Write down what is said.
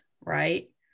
right